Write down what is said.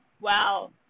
Wow